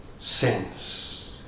sins